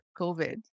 COVID